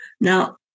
Now